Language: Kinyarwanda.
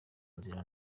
nzira